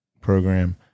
program